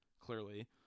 clearly